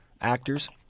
actors